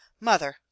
Mother